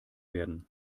werden